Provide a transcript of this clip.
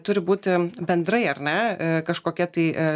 turi būti bendrai ar ne kažkokia tai